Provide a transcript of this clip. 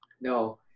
No